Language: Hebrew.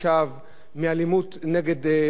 מאלימות נגד מפגינים,